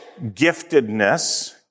giftedness